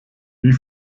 wie